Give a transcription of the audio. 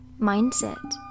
mindset